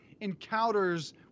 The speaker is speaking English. encounters